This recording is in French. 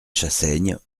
chassaigne